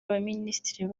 abaminisitiri